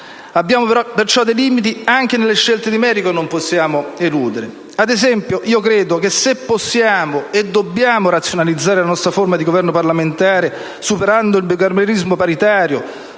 Abbiamo perciò dei limiti anche nelle scelte di merito che non possiamo eludere. Ad esempio, io credo che se possiamo - e dobbiamo - razionalizzare la nostra forma di Governo parlamentare, superando il bicameralismo paritario,